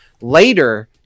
Later